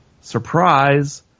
Surprise